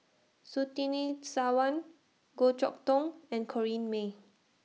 Surtini Sarwan Goh Chok Tong and Corrinne May